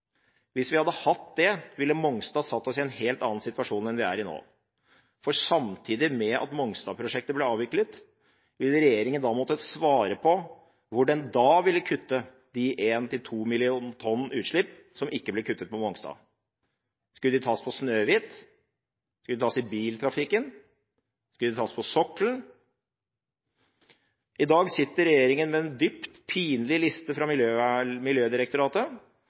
Hvis vi hadde hatt det, ville Mongstad satt oss i en helt annen situasjon enn vi er i nå, for samtidig med at Mongstad-prosjektet ble avviklet, ville regjeringen ha måttet svare på hvor den da ville kutte de 1–2 millioner tonn utslipp som ikke ble kuttet på Mongstad. Skulle de tas på Snøhvit? Skulle de tas i biltrafikken? Skulle de tas på sokkelen? I dag sitter regjeringen med en dypt pinlig liste fra Miljødirektoratet